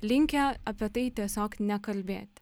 linkę apie tai tiesiog nekalbėti